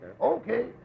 Okay